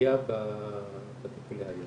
עלייה בטיפולי היום.